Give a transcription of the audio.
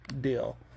deal